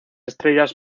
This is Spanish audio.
estrellas